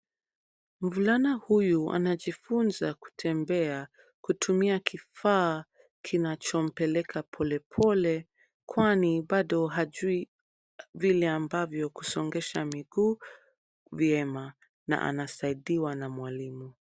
Mvulana huyu anajifunza kutembea kutumia kifaa kinachompeleka polepole kwani bado hajui vile ambavyo kusongesha miguu vyema na anasaidiwa na mwalimu.